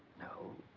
no,